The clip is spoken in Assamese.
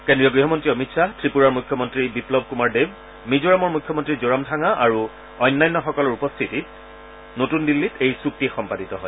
কেন্দ্ৰীয় গৃহমন্ত্ৰী অমিত শ্বাহ ত্ৰিপুৰাৰ মুখ্যমন্ত্ৰী বিপ্লৱ কুমাৰ দেৱ মিজোৰামৰ মুখ্যমন্ত্ৰী জোৰামথাঙা আৰু অন্যান্য সকলৰ উপস্থিতিত নতুন দিল্লীত এই চুক্তি সম্পাদিত হয়